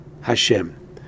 Hashem